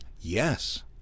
yes